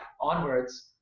onwards